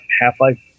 Half-Life